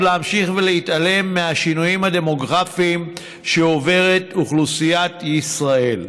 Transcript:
להמשיך להתעלם מהשינויים הדמוגרפיים שעוברת אוכלוסיית ישראל.